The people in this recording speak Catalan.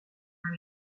amb